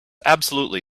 absolutely